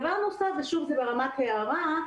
דבר נוסף והוא ברמת הערה.